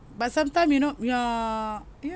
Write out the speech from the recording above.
but some time you know ya